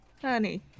honey